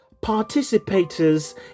participators